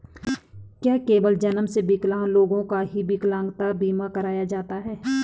क्या केवल जन्म से विकलांग लोगों का ही विकलांगता बीमा कराया जाता है?